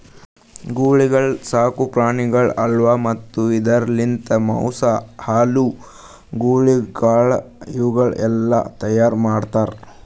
ಗೂಳಿಗೊಳ್ ಸಾಕು ಪ್ರಾಣಿಗೊಳ್ ಅವಾ ಮತ್ತ್ ಇದುರ್ ಲಿಂತ್ ಮಾಂಸ, ಹಾಲು, ಗೂಳಿ ಕಾಳಗ ಇವು ಎಲ್ಲಾ ತೈಯಾರ್ ಮಾಡ್ತಾರ್